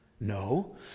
No